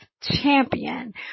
champion